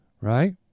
right